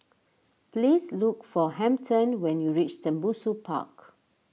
please look for Hampton when you reach Tembusu Park